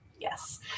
yes